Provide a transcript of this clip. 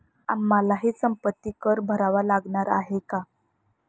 आम्हालाही संपत्ती कर भरावा लागणार आहे का?